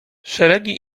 szeregi